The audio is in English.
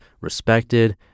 respected